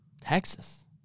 Texas